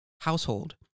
household